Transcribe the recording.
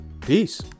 Peace